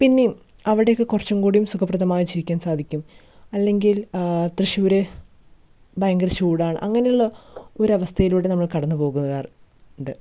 പിന്നെയും അവിടെയൊക്കെ കുറച്ചും കൂടിയും സുഖപ്രദമായി ജീവിക്കാൻ സാധിക്കും അല്ലെങ്കിൽ തൃശ്ശൂർ ഭയങ്കര ചൂടാണ് അങ്ങനെയുള്ള ഒരവസ്ഥയിലൂടെ നമ്മൾ കടന്ന് പോകുന്നൊരാറുണ്ട്